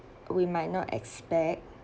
we might not expect